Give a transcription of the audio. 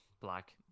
black